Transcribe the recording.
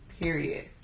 Period